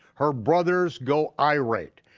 her brothers go irate,